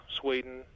Sweden